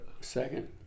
Second